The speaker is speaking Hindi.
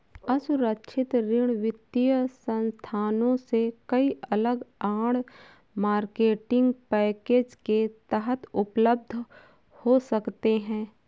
असुरक्षित ऋण वित्तीय संस्थानों से कई अलग आड़, मार्केटिंग पैकेज के तहत उपलब्ध हो सकते हैं